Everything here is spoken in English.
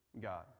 God